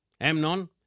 Amnon